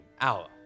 hour